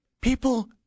people